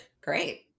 Great